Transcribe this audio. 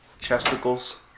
Chesticles